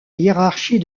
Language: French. hiérarchie